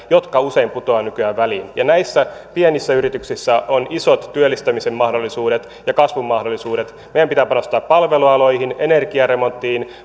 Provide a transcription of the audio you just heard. jotka usein putoavat nykyään väliin näissä pienissä yrityksissä on isot työllistämisen mahdollisuudet ja kasvun mahdollisuudet meidän pitää panostaa palvelualoihin energiaremonttiin